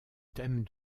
thème